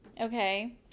Okay